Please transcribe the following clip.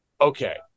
okay